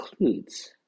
includes